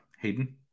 Hayden